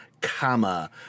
comma